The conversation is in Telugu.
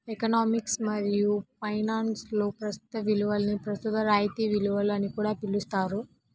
ఎకనామిక్స్ మరియు ఫైనాన్స్లో ప్రస్తుత విలువని ప్రస్తుత రాయితీ విలువ అని కూడా పిలుస్తారు